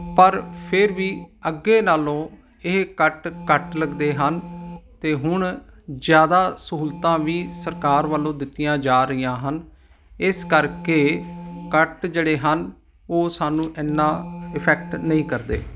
ਪਰ ਫਿਰ ਵੀ ਅੱਗੇ ਨਾਲੋਂ ਇਹ ਕੱਟ ਕੱਟ ਲੱਗਦੇ ਹਨ ਅਤੇ ਹੁਣ ਜ਼ਿਆਦਾ ਸਹੂਲਤਾਂ ਵੀ ਸਰਕਾਰ ਵੱਲੋਂ ਦਿੱਤੀਆਂ ਜਾ ਰਹੀਆਂ ਹਨ ਇਸ ਕਰਕੇ ਕੱਟ ਜਿਹੜੇ ਹਨ ਉਹ ਸਾਨੂੰ ਇੰਨਾਂ ਇਫੈਕਟ ਨਹੀਂ ਕਰਦੇ